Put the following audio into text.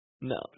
No